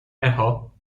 echo